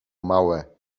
małe